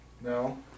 No